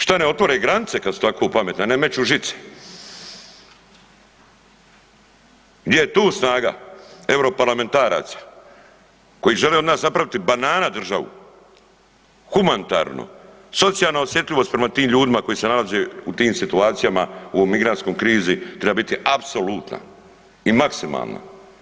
Šta ne otvore granice kad su tako pametni, a ne meću žice, gdje je tu snaga europarlamentaraca koji žele od nas napraviti banana državu, humanitarnu, socijalnu osjetljivost prema tim ljudima koji se nalaze u tim situacijama u ovoj migrantskoj krizi treba biti apsolutna i maksimalna?